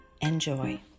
Enjoy